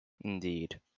Indeed